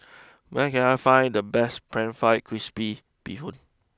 where can I find the best Pan Fried Crispy Bee Hoon